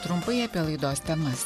trumpai apie laidos temas